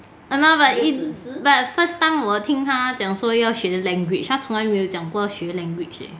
!hannor! but first time 我听她讲说要学 language 她从来没有讲过要学 language eh